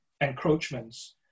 encroachments